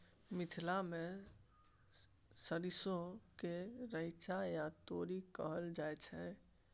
मिथिला मे सरिसो केँ रैचा या तोरी कहल जाइ छै